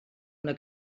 una